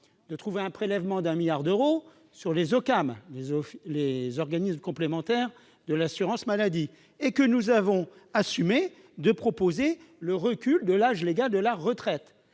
de trouver un prélèvement de 1 milliard d'euros sur les OCAM, les organismes complémentaires d'assurance maladie, et que nous avons assumé de proposer le recul de l'âge légal de la retraite.